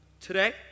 Today